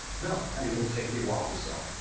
no, and it will take a while to sell.